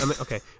Okay